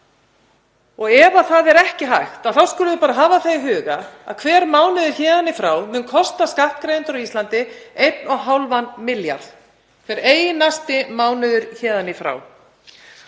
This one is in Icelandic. Ef það er ekki hægt þá skulum við bara hafa það í huga að hver mánuður héðan í frá mun kosta skattgreiðendur á Íslandi 1,5 milljarð, hver einasti mánuður héðan í frá.